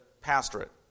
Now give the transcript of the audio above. pastorate